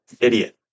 idiot